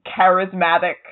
charismatic